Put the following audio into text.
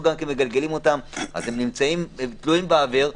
גם מגלגלים אותם אז הם תלויים באוויר.